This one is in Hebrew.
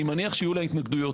אני מניח שיהיו לה התנגדויות.